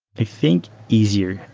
i think easier.